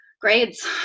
grades